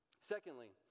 Secondly